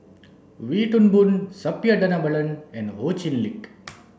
Wee Toon Boon Suppiah Dhanabalan and Ho Chee Lick